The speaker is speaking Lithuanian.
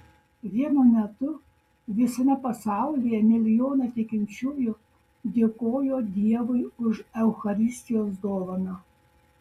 vienu metu visame pasaulyje milijonai tikinčiųjų dėkojo dievui už eucharistijos dovaną